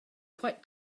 quite